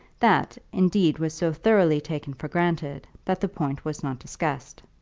that, indeed, was so thoroughly taken for granted, that the point was not discussed.